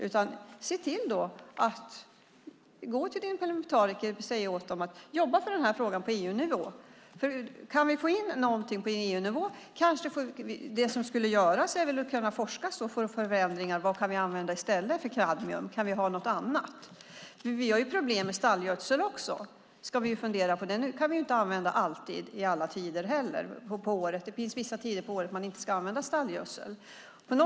Hans Olsson kan gå till sina parlamentariker och säga åt dem att jobba för den här frågan på EU-nivå. Det som skulle göras på EU-nivå vore väl att se till att det forskades så att vi fick fram något annat som vi kunde använda i stället för kadmium. Vi har ju problem med stallgödsel också. Den kan vi inte heller alltid använda alla tider på året. Det finns vissa tider på året då man inte ska använda stallgödsel.